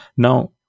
Now